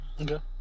Okay